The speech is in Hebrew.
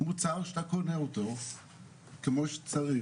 הוא מוצר שאתה קונה אותו כמו שצריך,